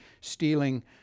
stealing